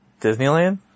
Disneyland